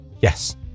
Yes